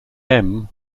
often